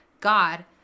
God